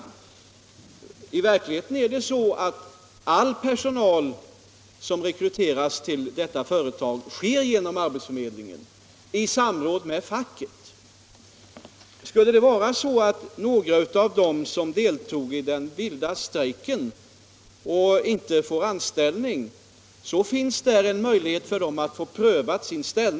Det förhåller sig faktiskt så att all personalrekrytering till det aktuella företaget sker genom arbetsförmedlingen i samråd med facket. Om någon av dem som deltog i den vilda strejken inte får anställning vid företaget, så finns det möjligheter för vederbörande att få sin situation prövad.